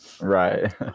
Right